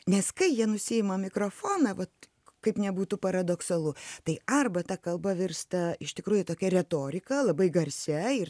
nes kai jie nusiima mikrofoną vat kaip nebūtų paradoksalu tai arba ta kalba virsta iš tikrųjų tokia retorika labai garsia ir